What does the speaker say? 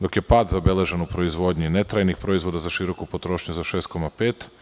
Pad je zabeležen u proizvodnji ne trajnih proizvoda za široku potrošnju za 6,5.